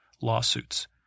lawsuits